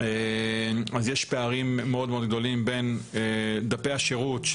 יש פערים מאוד מאוד גדולים בין דפי השירות.